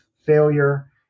failure